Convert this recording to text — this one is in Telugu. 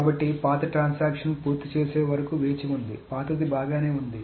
కాబట్టి పాత ట్రాన్సాక్షన్ పూర్తి చేసే వరకు వేచి ఉంది పాతది బాగానే ఉంది